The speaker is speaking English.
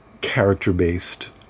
character-based